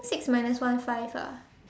I think six minus one five ah